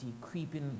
creeping